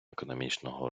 економічного